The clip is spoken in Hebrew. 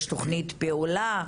יש תכנית פעולה?